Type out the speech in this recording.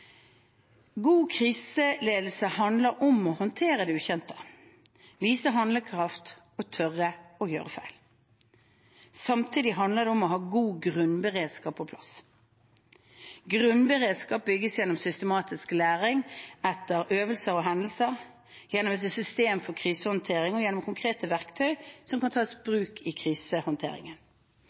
God kriseledelse handler om å håndtere det ukjente, vise handlekraft og tørre å gjøre feil. Samtidig handler det om å ha en god grunnberedskap på plass. Grunnberedskap bygges gjennom systematisk læring etter øvelser og hendelser, gjennom et system for krisehåndtering og gjennom konkrete verktøy som kan tas i bruk i krisehåndteringen.